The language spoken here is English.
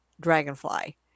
dragonfly